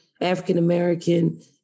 african-american